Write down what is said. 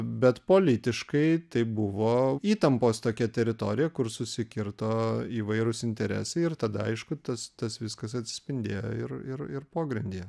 bet politiškai tai buvo įtampos tokia teritorija kur susikirto įvairūs interesai ir tada aišku tas tas viskas atsispindėjo ir ir ir pogrindyje